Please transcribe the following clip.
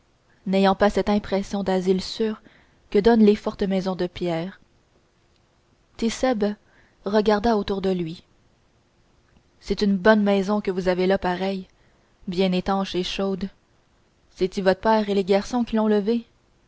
n'ayant pas cette impression d'asile sûr que donnent les fortes maisons de pierre tit'sèbe regarda autour de lui c'est une bonne maison que vous avez là pareil bien étanche et chaude c'est-y votre père et les garçons qui l'ont levée